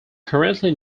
currently